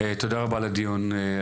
תודה רבה על הדיון הזה.